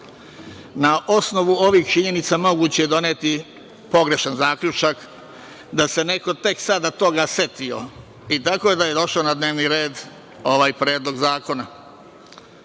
osnovu ovih činjenica moguće je doneti pogrešan zaključak da se neko tek sada toga setio, tako da je došao na dnevni red ovaj Predlog zakona.Za